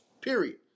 period